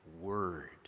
word